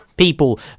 People